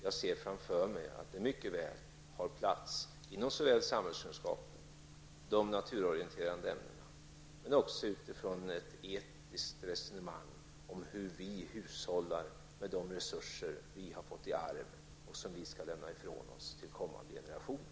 Jag ser framför mig att det mycket väl har plats inom både samhällskunskap och de naturorienterande ämnena men att det också kan finnas med utifrån ett etiskt resonemang om hur vi hushållar med de resurser vi fått i arv och som vi skall lämna ifrån oss till kommande generationer.